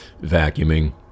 vacuuming